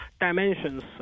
dimensions